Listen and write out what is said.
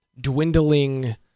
dwindling